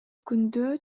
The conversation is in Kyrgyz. күндө